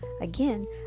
Again